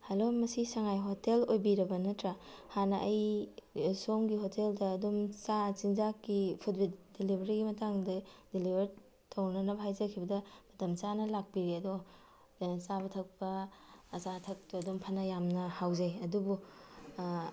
hello ꯃꯁꯤ ꯁꯉꯥꯏ hotel ꯑꯣꯏꯕꯤꯔꯕ ꯅꯠꯇ꯭ꯔꯥ ꯍꯥꯟꯅ ꯑꯩ ꯁꯣꯝꯒꯤ ꯍꯣꯇꯦꯜꯗ ꯑꯗꯨꯝ ꯆꯤꯟꯖꯥꯛꯀꯤ ꯐꯨꯗ ꯗꯤꯂꯤꯕꯔꯤꯒꯤ ꯃꯇꯥꯡꯗ ꯗꯤꯂꯤꯕꯔ ꯇꯧꯅꯅꯕ ꯍꯥꯏꯖꯈꯤꯕꯗ ꯃꯇꯝ ꯆꯥꯅ ꯂꯥꯛꯄꯤꯔꯦ ꯑꯗꯣ ꯆꯥꯕ ꯊꯛꯄ ꯑꯆꯥ ꯑꯊꯛꯇꯣ ꯑꯗꯨꯝ ꯐꯅ ꯌꯥꯝꯅ ꯍꯥꯎꯖꯩ ꯑꯗꯨꯕꯨ